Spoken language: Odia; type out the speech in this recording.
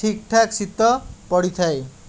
ଠିକ ଠାକ ଶୀତ ପଡ଼ିଥାଏ